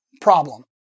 problem